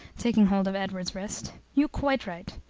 taking hold of edward's wrist, you quite right.